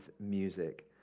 music